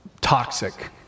toxic